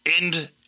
end